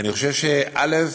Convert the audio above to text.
אני חושב, א.